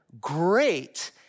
great